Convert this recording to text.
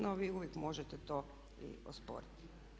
No vi uvijek možete to i osporiti.